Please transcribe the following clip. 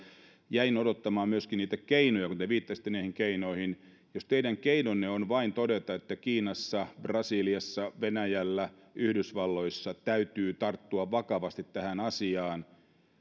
jäin odottamaan myöskin niitä keinoja kun te viittasitte näihin keinoihin jos teidän keinonne on vain todeta että kiinassa brasiliassa venäjällä yhdysvalloissa täytyy tarttua vakavasti tähän asiaan niin